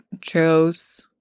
chose